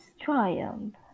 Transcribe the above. triumph